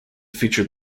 featured